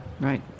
Right